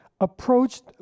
approached